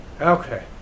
okay